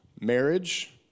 marriage